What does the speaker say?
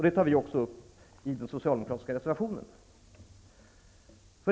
Det tar vi också upp i den socialdemokratiska reservationen.